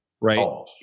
Right